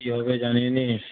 কী হবে জানি না